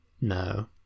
No